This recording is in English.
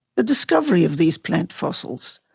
the discovery of these plant fossils,